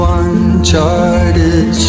uncharted